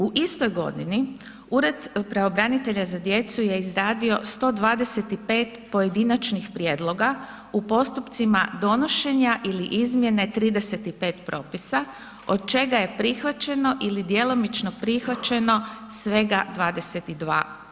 U istoj godini Ured pravobranitelja za djecu je izradio 125 pojedinačnih prijedloga u postupcima donošenja ili izmjene 35 propisa, od čega je prihvaćeno ili djelomično prihvaćeno svega 22%